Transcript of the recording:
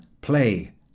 play